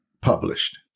published